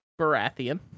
Baratheon